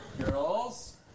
Girls